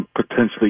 potentially